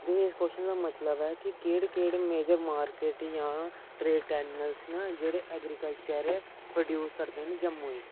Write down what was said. ते इस क्वेश्चन दा मतलब ऐ कि केह्ड़ी केह्ड़ी मेजर जां मार्किट ट्रेड चैनल्स न जेह्ड़े ऐग्रीकल्चर प्रोड्यूस करदे न जम्मू